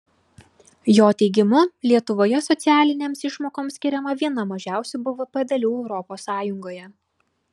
jo teigimu lietuvoje socialinėms išmokoms skiriama viena mažiausių bvp dalių europos sąjungoje